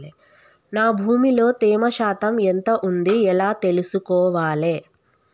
నా భూమి లో తేమ శాతం ఎంత ఉంది ఎలా తెలుసుకోవాలే?